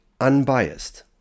unbiased